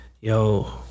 Yo